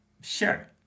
Sure